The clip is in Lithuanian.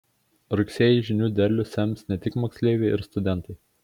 rugsėjį žinių derlių sems ne tik moksleiviai ir studentai